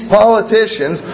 politicians